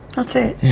that's it?